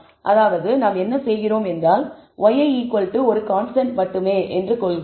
அதாவது நாம் என்ன செய்கிறோம் என்றால் yi ஒரு கான்ஸ்டன்ட் மட்டுமே என்று அர்த்தம்